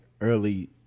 early